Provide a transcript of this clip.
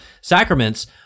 sacraments